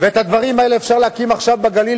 ואת הדברים האלה אפשר להקים עכשיו בגליל,